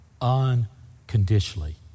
unconditionally